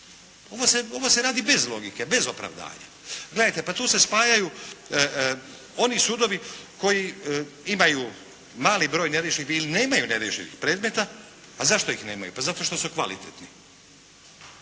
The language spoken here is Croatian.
Ovo se radi bez logike, bez opravdanja. Gledajte pa tu se spajaju oni sudovi koji imaju mali broj neriješenih predmeta ili nemaju neriješenih predmeta. A zašto ih nemaju? Pa zato što su kvalitetni.